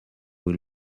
will